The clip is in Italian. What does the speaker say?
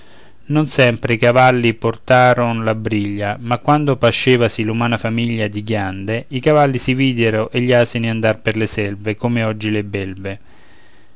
non sempre i cavalli portaron la briglia ma quando pascevasi l'umana famiglia di ghiande i cavalli si videro e gli asini andar per le selve com'oggi le belve